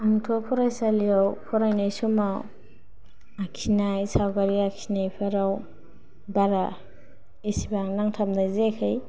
आंथ' फरायसालियाव फरायनाय समाव आखिनाय सावगारि आखिनायफोराव बारा एसेबां नांथाबनाय जायाखै